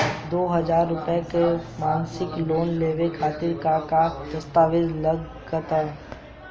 दो हज़ार रुपया के मासिक लोन लेवे खातिर का का दस्तावेजऽ लग त?